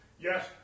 yes